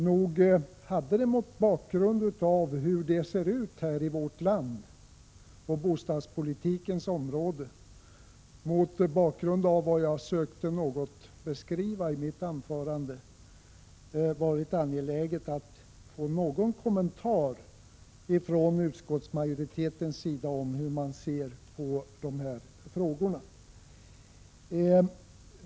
Nog hade det mot bakgrund av hur det ser ut här i vårt land på bostadspolitikens område, mot bakgrund av vad jag sökte beskriva i mitt anförande, varit angeläget att få någon kommentar från utskottets sida om hur man ser på dessa frågor.